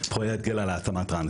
פרויקט גילה להתאמה טרנסית.